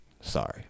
sorry